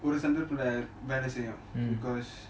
ஒரு சந்தர்ப்பத்துல வெல்ல செய்யும்:oru santharpathula vella seiyum because